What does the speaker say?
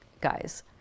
guys